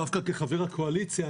דווקא כחבר הקואליציה,